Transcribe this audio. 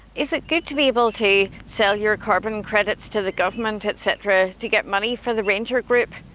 is it good to be able to sell your carbon and credits to the government, et cetera, to get money for the ranger group?